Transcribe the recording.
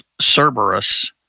Cerberus